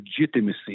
legitimacy